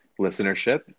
listenership